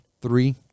Three